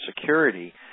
security